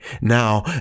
now